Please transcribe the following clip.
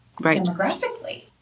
demographically